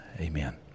Amen